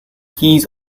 keys